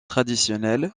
traditionnels